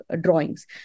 drawings